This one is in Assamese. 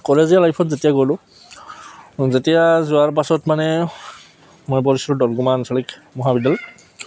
কলেজীয়া লাইফত যেতিয়া গ'লোঁ যেতিয়া যোৱাৰ পাছত মানে মই পঢ়িছিলোঁ আঞ্চলিক মহাবিদ্যালয়